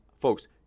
folks